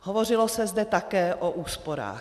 Hovořilo se zde také o úsporách.